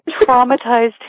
traumatized